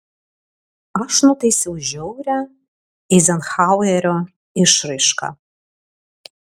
aš nutaisau žiaurią eizenhauerio išraišką